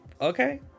Okay